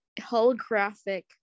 holographic